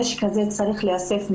הנשק הזה צריך להיאסף מיד.